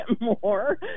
more